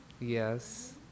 yes